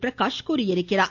பிரகாஷ் தெரிவித்துள்ளார்